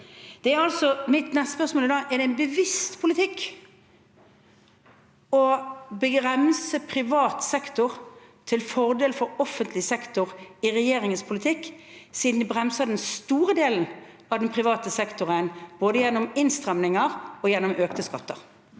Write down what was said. Mitt neste spørsmål er da: Er det en bevisst politikk å bremse privat sektor til fordel for offentlig sektor i regjeringens politikk, siden de bremser den store delen av den private sektoren, både gjennom (presidenten klubber)